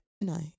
no